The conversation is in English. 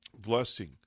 blessing